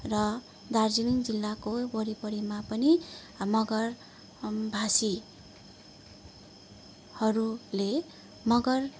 र दार्जिलिङ जिल्लाको वरिपरिमा पनि मगर भाषीहरूले मगर